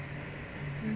mm